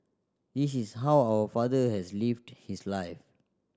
this is how our father has lived his life